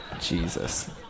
Jesus